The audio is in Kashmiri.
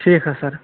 ٹھیٖک حظ سَر